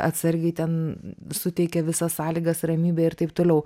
atsargiai ten suteikia visas sąlygas ramybę ir taip toliau